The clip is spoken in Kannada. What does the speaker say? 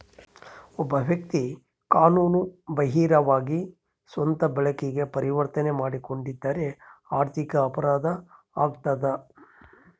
ಒಬ್ಬ ವ್ಯಕ್ತಿ ಕಾನೂನು ಬಾಹಿರವಾಗಿ ಸ್ವಂತ ಬಳಕೆಗೆ ಪರಿವರ್ತನೆ ಮಾಡಿಕೊಂಡಿದ್ದರೆ ಆರ್ಥಿಕ ಅಪರಾಧ ಆಗ್ತದ